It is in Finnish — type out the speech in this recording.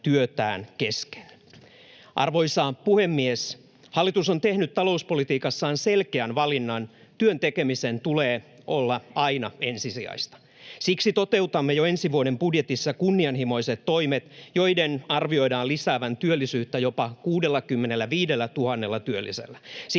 Arvoisa puhemies! Hallitus on tehnyt talouspolitiikassaan selkeän valinnan: työn tekemisen tulee olla aina ensisijaista. Siksi toteutamme jo ensi vuoden budjetissa kunnianhimoiset toimet, joiden arvioidaan lisäävän työllisyyttä jopa 65 000 työllisellä